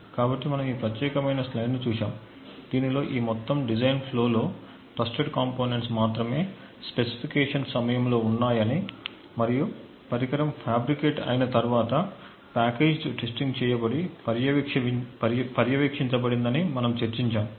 కాబట్టి మనము ఈ ప్రత్యేకమైన స్లైడ్ను చూశాము దీనిలో ఈ మొత్తం డిజైన్ ఫ్లోలో ట్రస్టెడ్ కాంపోనెంట్స్ మాత్రమే స్పెసిఫికేషన్ సమయంలో ఉన్నాయని మరియు పరికరం ఫ్యాబ్రికేట్ అయిన తర్వాత ప్యాకేజ్డ్ టెస్టింగ్ చేయబడి పర్యవేక్షించబడిందని మనము చర్చించాము